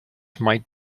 might